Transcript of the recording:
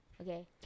okay